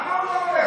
למה הוא לא עונה?